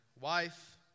wife